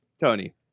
Tony